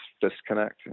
disconnect